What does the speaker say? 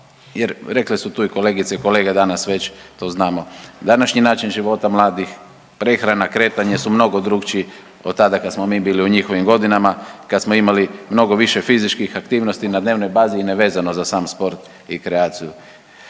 jer rekli su tu kolegice i kolege danas već to znamo, današnji način života mladih, prehrana, kretanje su mnogo drukčiji od tada kad smo mi bili u njihovim godinama kad smo imali mnogo više fizičkih aktivnosti na dnevnoj bazi i nevezano za sam sport i kreaciju.